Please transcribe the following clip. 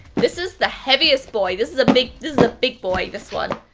this is the heaviest boy. this is a big, this is a big boy, this one.